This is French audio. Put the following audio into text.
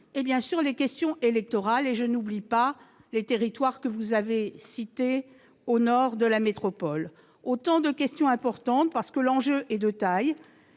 bien sûr et les questions électorales, sans oublier les territoires que vous avez cités au nord de la métropole. Ce sont autant de questions importantes parce que l'enjeu est de taille